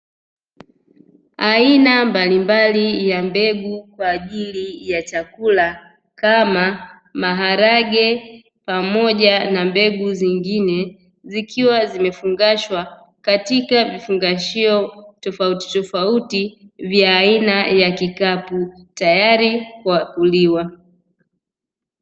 Aina mbalimbali ya mbegu kwa ajili ya chakula kama maharage pamoja na mbegu zingine, zikiwa zimefungashwa katika vifungashio tofautitofauti vya aina ya kikapu tayari kwa kuliwa.